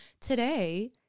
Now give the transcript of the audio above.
today